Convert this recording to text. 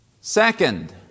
Second